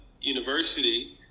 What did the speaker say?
university